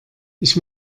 ich